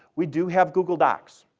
we do have google docs,